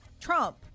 Trump